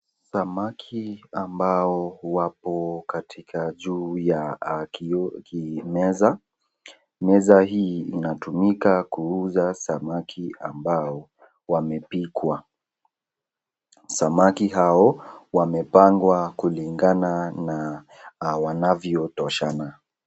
Samaki ambao wapo katika juu ya meza. Meza hii inatumika kuuza samaki ambao wamepikwa. Samaki hao wamepangwa kulingana na wanavyotoshana.